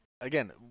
Again